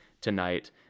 tonight